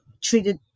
treated